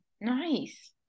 nice